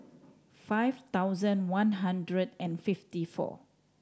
five thousand one hundred and fifty four